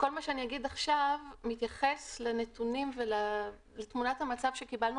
כל מה שאגיד עכשיו מתייחס לנתונים ותמונת המצב שקיבלנו